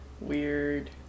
Weird